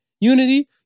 unity